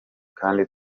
kandi